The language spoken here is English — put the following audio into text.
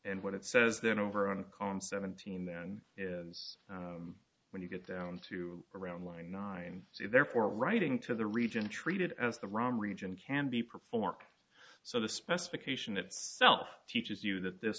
and what it says then over on a con seventeen then is when you get down to around line nine so therefore writing to the region treated as the wrong region can be performed so the specification itself teaches you that this